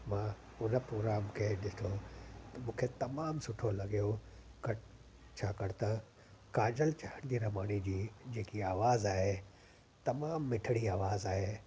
मां उन प्रोग्राम खे ॾिठो मूंखे तमामु सुठो लॻियो कटि छाकाणि त काजल चांदीरमाणीअ जी जेकी आवाज़ु आहे तमामु मिठिड़ी आवाज़ु आहे